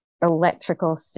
electrical